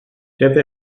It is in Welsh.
dydw